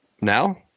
Now